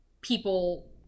people